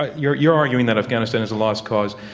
ah you're you're arguing that afghanistan is a lost cause.